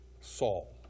Saul